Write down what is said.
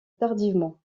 tardivement